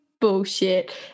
bullshit